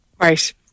right